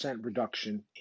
reduction